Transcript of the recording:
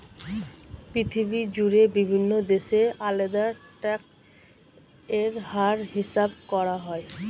পৃথিবী জুড়ে বিভিন্ন দেশে আলাদা ট্যাক্স এর হার হিসাব করা হয়